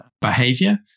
behavior